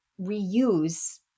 reuse